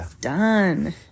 done